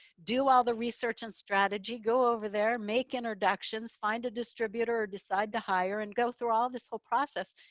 do all the research and strategy, go over there, make introductions, find a distributor or decide to hire, and go through all this whole process.